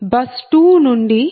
bus 2 నుండి 4 j0